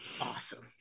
awesome